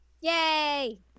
Yay